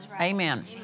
Amen